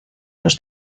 los